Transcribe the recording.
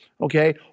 okay